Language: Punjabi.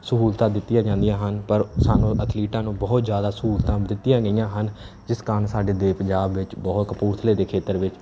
ਸਹੂਲਤਾਂ ਦਿੱਤੀਆਂ ਜਾਂਦੀਆਂ ਹਨ ਪਰ ਸਾਨੂੰ ਅਥਲੀਟਾਂ ਨੂੰ ਬਹੁਤ ਜ਼ਿਆਦਾ ਸਹੂਲਤਾਂ ਦਿੱਤੀਆਂ ਗਈਆਂ ਹਨ ਜਿਸ ਕਾਰਨ ਸਾਡੇ ਦੇ ਪੰਜਾਬ ਵਿੱਚ ਬਹੁਤ ਕਪੂਰਥਲੇ ਦੇ ਖੇਤਰ ਵਿੱਚ